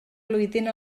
flwyddyn